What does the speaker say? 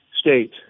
State